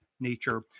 nature